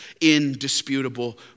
Indisputable